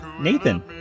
Nathan